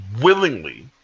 willingly